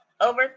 over